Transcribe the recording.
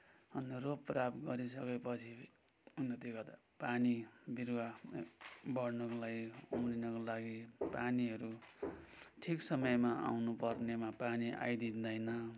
अन्त रोपराप गरी सकेपछि उन्नति गर्दा पानी बिरुवा बढ्नुको लागि उम्रिनको लागि पानीहरू ठिक समयमा आउनुपर्नेमा पानी आइदिँदैन